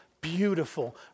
beautiful